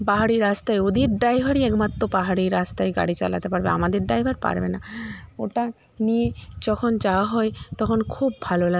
পাহাড়ি রাস্তায় ওদের ড্রাইভারই একমাত্র পাহাড়ি রাস্তায় গাড়ি চালাতে পারবে আমাদের ড্রাইভার পারবে না ওটা নিয়ে যখন যাওয়া হয় তখন খুব ভালো